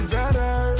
better